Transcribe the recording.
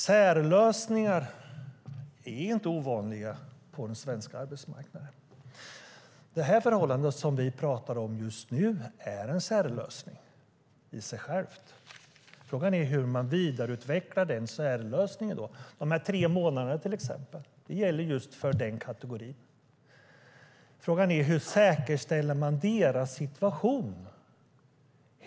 Särlösningar är inte ovanliga på den svenska arbetsmarknaden. Det förhållandet som vi nu talar om är en särlösning i sig. Frågan är hur man vidareutvecklar den särlösningen. De tre månaderna gäller till exempel för just den kategorin. Hur säkerställer man deras situation?